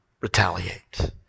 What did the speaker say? retaliate